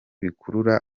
bikurura